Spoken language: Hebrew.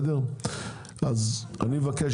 אז אני מבקש,